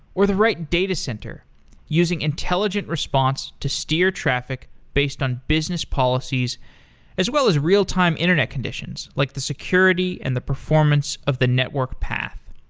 or the right datacenter using intelligent response to steer traffic based on business policies as well as real time internet conditions, like the security and the performance of the network path.